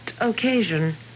occasion